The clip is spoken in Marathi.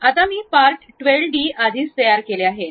आता मी पार्ट 12 डी आधीच तयार केले आहे